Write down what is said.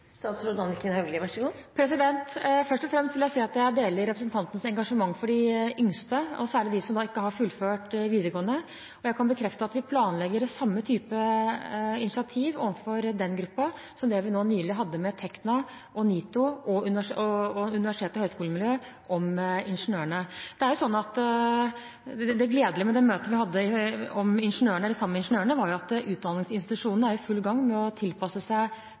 Først og fremst vil jeg si at jeg deler representantens engasjement for de yngste, og særlig dem som ikke har fullført videregående. Jeg kan bekrefte at vi planlegger samme type initiativ overfor den gruppen som det vi nå nylig hadde med Tekna, NITO og universitets- og høyskolemiljøet om ingeniørene. Det gledelige med det møtet vi hadde sammen med ingeniørene, var at utdanningsinstitusjonene er i full gang med å tilpasse seg